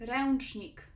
Ręcznik